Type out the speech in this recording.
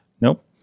Nope